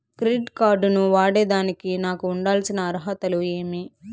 Credit card ను వాడేదానికి నాకు ఉండాల్సిన అర్హతలు ఏమి?